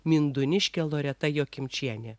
mindūniškė loreta jokimčienė